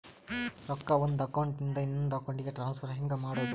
ರೊಕ್ಕ ಒಂದು ಅಕೌಂಟ್ ಇಂದ ಇನ್ನೊಂದು ಅಕೌಂಟಿಗೆ ಟ್ರಾನ್ಸ್ಫರ್ ಹೆಂಗ್ ಮಾಡೋದು?